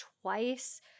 twice